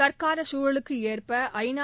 தற்கால சூழலுக்கு ஏற்ப ஐநா